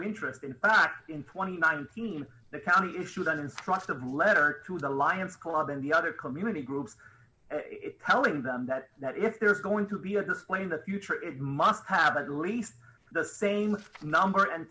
interest in fact in twenty nine theme the county issued an instructive letter to the lions club and the other community groups telling them that if there's going to be a display in the future it must have at least the same number and